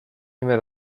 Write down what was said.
nimi